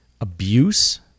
abuse